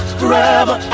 forever